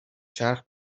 چرخ